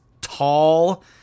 tall